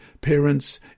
parents